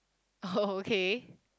oh okay